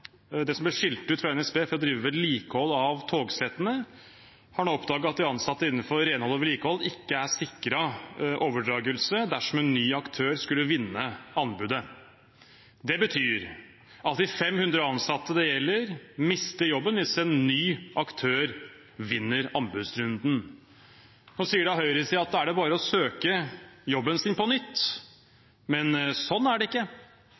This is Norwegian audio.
Mantena, som ble skilt ut fra NSB for å drive med vedlikehold av togsettene, har nå oppdaget at de ansatte innenfor renhold og vedlikehold ikke er sikret overdragelse dersom en ny aktør skulle vinne anbudet. Det betyr at de 500 ansatte det gjelder, mister jobben hvis en ny aktør vinner anbudsrunden. Så sier høyresiden: Da er det bare å søke på jobben sin på nytt – men slik er det ikke.